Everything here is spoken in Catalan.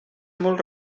molt